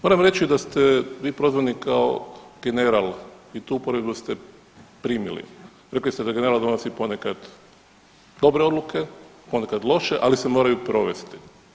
Moram reći da ste vi prozvani kao general i tu uporedbu ste primili, rekli ste da general donosi ponekad dobre odluke, ponekad loše, ali se moraju provesti.